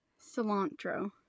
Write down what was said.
Cilantro